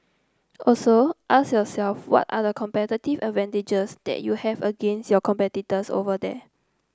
also ask yourself what are the competitive advantages that you have against your competitors over there